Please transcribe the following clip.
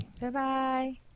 Bye-bye